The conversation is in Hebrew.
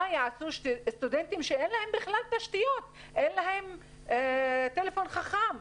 מה יעשו סטודנטים שאין להם בכלל תשתיות ואין להם טלפון חכם?